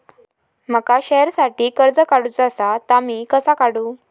माका शेअरसाठी कर्ज काढूचा असा ता मी कसा काढू?